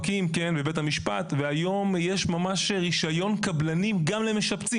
היום יש ממש רישיון קבלנים למשפצים,